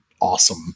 awesome